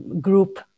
group